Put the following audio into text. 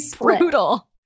brutal